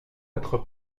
votre